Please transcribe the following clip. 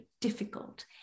difficult